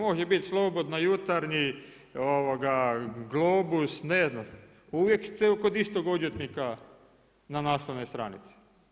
Može biti Slobodna, Jutarnji, Globus, ne znam, uvijek … istog odvjetnika na naslovnoj stranici.